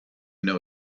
know